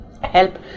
help